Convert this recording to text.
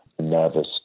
nervous